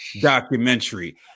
documentary